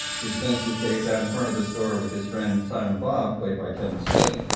who spends his days out in front of the store with his friend silent bob, played by kevin smith,